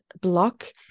block